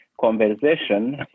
conversation